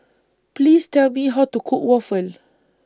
Please Tell Me How to Cook Waffle